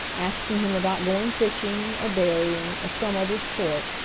asking him about going fishing, or berrying, or some other sport,